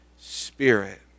Spirit